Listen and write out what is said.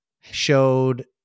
showed